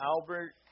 Albert